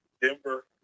Denver